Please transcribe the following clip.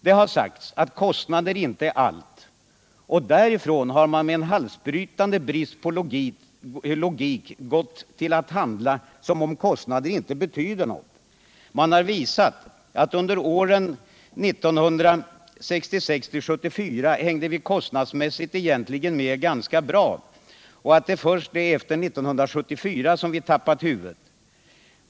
Det har sagts att kostnader inte är allt, och därifrån har man med en halsbrytande brist på logik handlat, som om kostnader inte betyder något. Man har visat, att under åren 1966-1974 hängde vi kostnadsmässigt egentligen med ganska bra och att det först är efter 1974 som vi tappat huvudet.